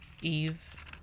Eve